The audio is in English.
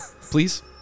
please